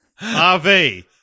RV